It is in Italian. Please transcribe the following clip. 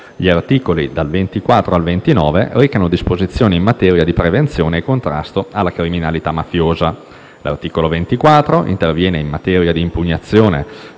Gli articoli dal 24 al 29 recano disposizioni in materia di prevenzione e contrasto alla criminalità mafiosa. L'articolo 24 interviene in materia di impugnazione